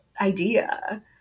idea